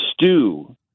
stew